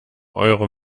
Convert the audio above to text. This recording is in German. eure